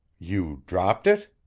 you dropped it?